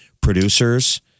producers